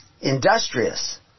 industrious